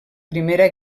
primera